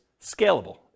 scalable